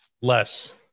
less